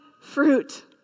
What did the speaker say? fruit